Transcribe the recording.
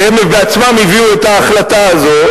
והם בעצמם הביאו את ההחלטה הזו.